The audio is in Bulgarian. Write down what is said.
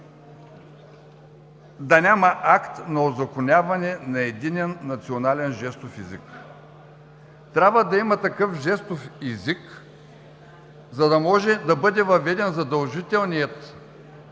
да няма акт на узаконяване на единен национален жестов език. Трябва да има такъв жестов език, за да може да бъде въведен задължителният